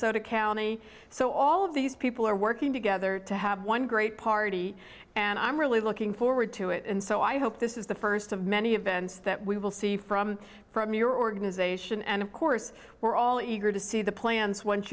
so to county so all of these people are working together to have one great party and i'm really looking forward to it and so i hope this is the first of many events that we will see from from your organization and of course we're all eager to see the plans once